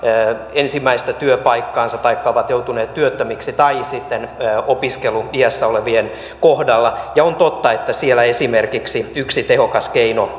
ensimmäistä työpaikkaansa taikka ovat joutuneet työttömiksi tai sitten opiskeluiässä olevien kohdalla ja on totta että siellä esimerkiksi yksi tehokas keino